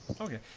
okay